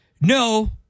No